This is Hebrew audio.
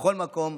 בכל מקום,